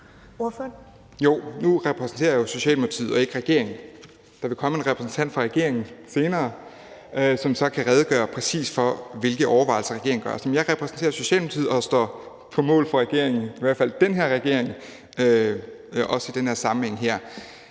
Nu repræsenterer jeg jo Socialdemokratiet og ikke regeringen. Der vil komme en repræsentant fra regeringen senere, som så kan redegøre præcis for, hvilke overvejelser regeringen gør sig. Men jeg repræsenterer altså Socialdemokratiet og står på mål for regeringen – i hvert fald den her regering – også i den her sammenhæng.